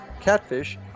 catfish